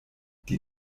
die